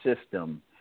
system